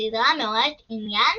הסדרה מעוררת עניין